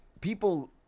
people